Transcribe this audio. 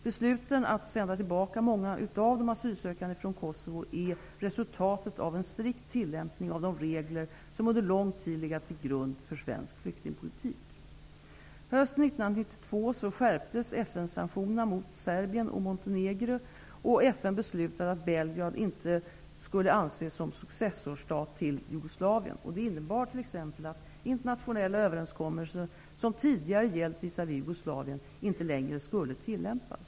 Besluten att sända tillbaka många av de asylsökande från Kosovo är resultatet av en strikt tillämpning av de regler som under lång tid legat till grund för svensk flyktingpolitik. Hösten 1992 skärptes FN:s sanktioner mot Serbien och Montenegro, och FN beslutade att Serbien inte skulle anses som successorstat till Jugoslavien. Det innebar t.ex. att internationella överenskommelser som tidigare gällt visavi Jugoslavien inte längre skulle tillämpas.